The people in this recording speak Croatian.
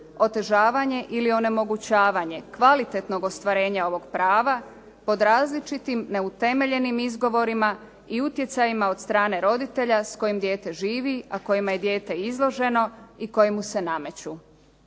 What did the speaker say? otežavanje ili onemogućavanje kvalitetnog ostvarenja ovog prava pod različitim neutemeljenim izgovorima i utjecajima od strane roditelja s kojim dijete živi, a kojima je dijete izloženo i koji mu se nameću.